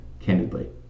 candidly